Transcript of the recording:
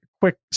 quick